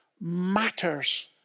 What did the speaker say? matters